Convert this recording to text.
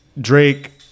Drake